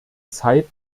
zeit